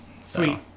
Sweet